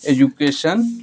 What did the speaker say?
education